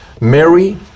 Mary